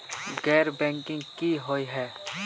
गैर बैंकिंग की हुई है?